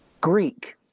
Greek